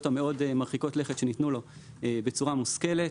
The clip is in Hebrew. המאוד מרחיקות לכת שניתנו לו בצורה מושכלת.